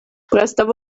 простого